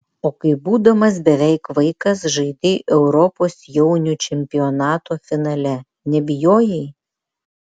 o kai būdamas beveik vaikas žaidei europos jaunių čempionato finale nebijojai